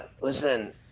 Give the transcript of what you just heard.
listen